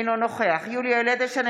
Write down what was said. אינו נוכח יולי יואל אדלשטיין,